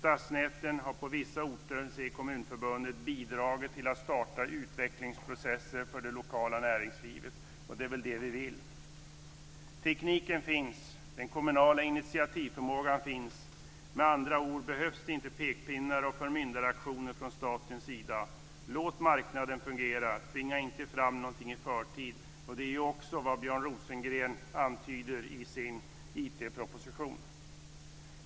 Stadsnäten har på vissa orter, säger Kommunförbundet, bidragit till att starta utvecklingsprocesser för det lokala näringslivet. Och det är väl det vi vill! Tekniken finns. Den kommunala initiativförmågan finns. Med andra ord behövs inte pekpinnar och förmyndaraktioner från statens sida. Låt marknaden fungera. Tvinga inte fram något i förtid. Detta är ju också vad Björn Rosengren antyder i sin IT-proposition.